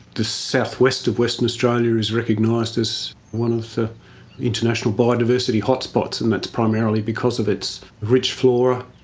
the southwest of western australia is recognised as one of the international biodiversity hotspots and that's primarily because of its rich flora.